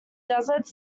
desert